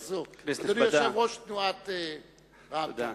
חבר הכנסת צרצור, יושב-ראש תנועת רע"ם-תע"ל.